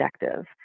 objective